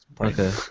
Okay